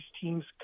teams